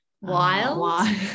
wild